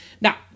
Now